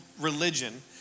religion